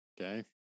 okay